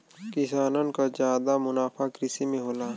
किसानन क जादा मुनाफा कृषि में होला